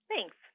thanks